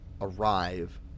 arrive